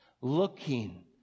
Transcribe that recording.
looking